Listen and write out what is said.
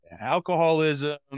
alcoholism